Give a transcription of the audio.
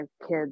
kids